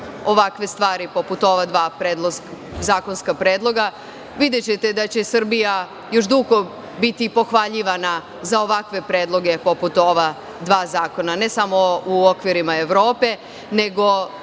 ovakve stvari poput ova dva zakonska predloga. Videćete da će Srbija još dugo biti pohvaljivana za ovakve predloge poput ova dva zakona, ne samo u okvirima Evrope, nego